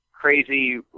crazy